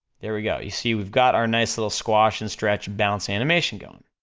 there we go, you see we've got our nice little squash and stretch bouncing animation going,